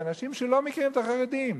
אנשים שלא מכירים את החרדים?